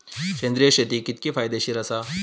सेंद्रिय शेती कितकी फायदेशीर आसा?